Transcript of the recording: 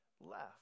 left